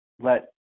let